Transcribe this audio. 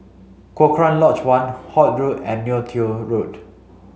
Cochrane Lodge One Holt Road and Neo Tiew Road